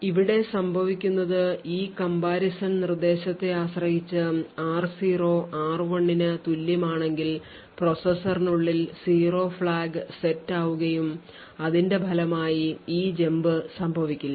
ഇവിടെ സംഭവിക്കുന്നത് ഈ comaprison നിർദ്ദേശത്തെ ആശ്രയിച്ച് r0 r1 ന് തുല്യമാണെങ്കിൽ പ്രോസസ്സറിനുള്ളിൽ zero flag set ആവുകയും അതിന്റെ ഫലമായി ഈ jump സംഭവിക്കില്ല